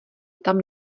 tam